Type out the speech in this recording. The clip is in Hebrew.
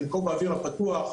חלקו באוויר הפתוח.